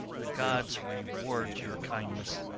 the gods reward your kindness!